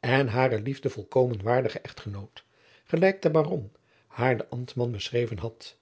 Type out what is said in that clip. en hare liefde volkomen waardigen echtgenoot gelijk de baron haar den ambtman beschreven had